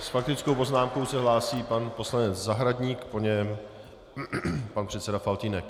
S faktickou poznámkou se hlásí pan poslanec Zahradník, po něm pan předseda Faltýnek.